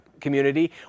community